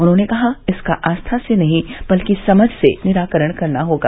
उन्होंने कहा की इसका आस्था से नहीं बल्कि समझ से निराकरण होगा